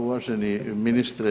Uvaženi ministre.